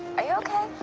are you okay?